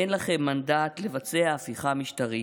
אין לכם מנדט לבצע הפיכה משטרית.